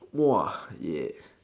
!whoa! ya